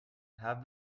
have